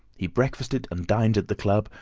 he breakfasted and dined at the club,